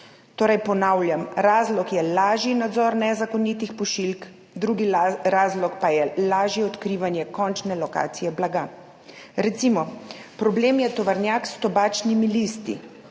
Torej, ponavljam, razlog je lažji nadzor nezakonitih pošiljk, drugi razlog pa je lažje odkrivanje končne lokacije blaga. Recimo, problem je tovornjak s tobačnimi listi,